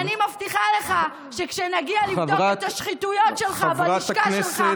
ואני מבטיחה לך שכשנגיע לבדוק את השחיתויות שלך בלשכה שלך,